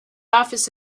office